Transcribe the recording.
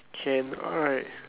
can alright